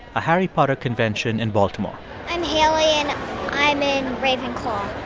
a harry potter convention in baltimore i'm hailey, and i'm in ravenclaw